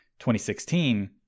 2016